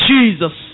Jesus